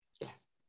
Yes